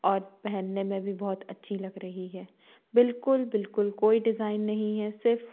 और पहनने में भी बहुत अच्छी लग रही है बिल्कुल बिल्कुल कोई डिज़ाइन नहीं है सिर्फ